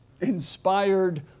inspired